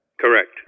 Correct